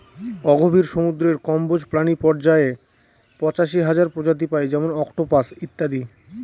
অগভীর সমুদ্রের কম্বজ প্রাণী পর্যায়ে পঁচাশি হাজার প্রজাতি পাই যেমন অক্টোপাস ইত্যাদি